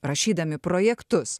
rašydami projektus